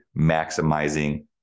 maximizing